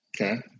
Okay